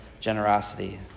generosity